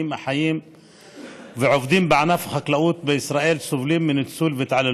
החיים ועובדים בענף החקלאות בישראל סובלים מניצול והתעללות.